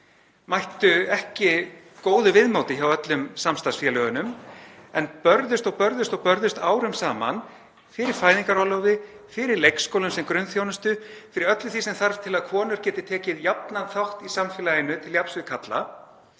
mættu ekki góðu viðmóti hjá öllum samstarfsfélögunum en börðust og börðust árum saman fyrir fæðingarorlofi, leikskólum sem grunnþjónustu og öllu því sem þarf til að konur geti tekið þátt í samfélaginu til jafns við karla.